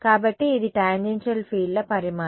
కాబట్టి ఇది టాంజెన్షియల్ ఫీల్డ్ల పరిమాణం సరే